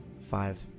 Five